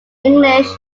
english